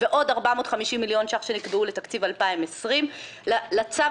ועוד 450 מיליון שקלים שנקבעו לתקציב 2020. לצו